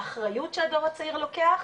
האחריות של הדור הצעיר לוקח,